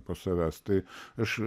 po savęs tai aš